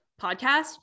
podcast